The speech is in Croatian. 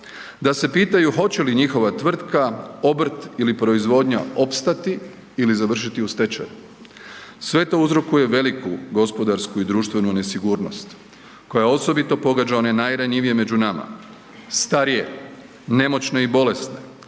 da se pitaju hoće li njihova tvrtka, obrt ili proizvodnja opstati ili završiti u stečaju. Sve to uzrokuje veliku gospodarsku i društvenu nesigurnost, koja osobito pogađa one najranjivije među nama, starije, nemoćne i bolesne,